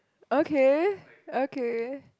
okay okay